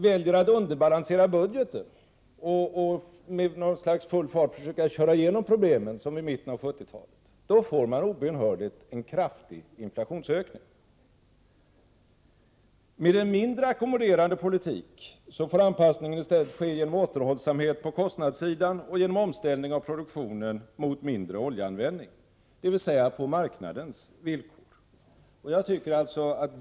Väljer man att underbalansera budgeten och att med full fart köra igenom problemen, som i mitten av 1970-talet, får man obönhörligen kraftig inflationsökning. Med en mindre ackommoderande politik får anpassning i stället ske genom återhållsamhet på kostnadssidan och omställning av produktionen mot mindre oljeanvändning, dvs. på marknadens villkor.